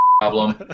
problem